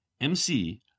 MC